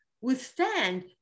withstand